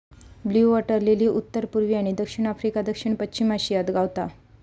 blue water lily उत्तर पुर्वी आणि दक्षिण आफ्रिका, दक्षिण पश्चिम आशियात गावता